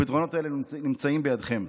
הפתרונות האלה נמצאים בידיכם.